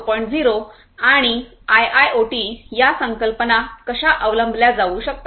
0 आणि आयआयओटी या संकल्पना कशा अवलंबल्या जाऊ शकतात